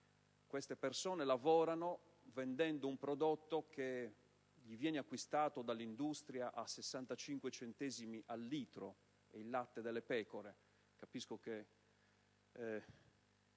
Queste persone lavorano vendendo un prodotto che viene loro acquistato dall'industria a 65 centesimi al litro: il latte delle pecore.